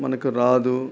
మనకు రాదు